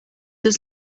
does